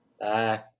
Bye